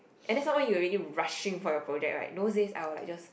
and then some more you already rushing for your project right those days I will like just